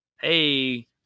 Hey